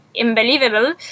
unbelievable